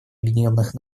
объединенных